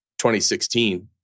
2016